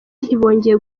ntibongeye